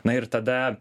na ir tada